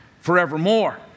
forevermore